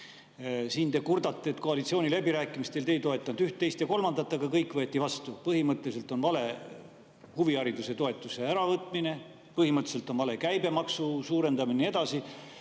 Siin te kurdate, et koalitsiooniläbirääkimistel ei toetanud te ühte, teist ja kolmandat, aga kõik võeti vastu. Põhimõtteliselt on vale huvihariduse toetuse äravõtmine, põhimõtteliselt on vale käibemaksu suurendamine ja